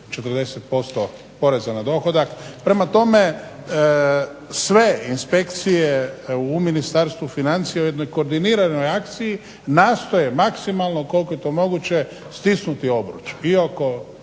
40% poreza na dohodak. Prema tome, sve inspekcije u Ministarstvu financija u jednoj koordiniranoj akciji nastoje maksimalno koliko je to moguće stisnuti obruč